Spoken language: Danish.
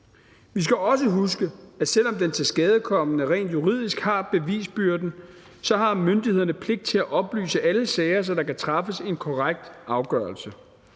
Vi skal også huske, at selv om den tilskadekomne rent juridisk har bevisbyrden, så har myndighederne pligt til at oplyse alle sager, så der kan træffes en korrekt afgørelse.